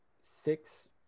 six